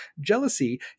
Jealousy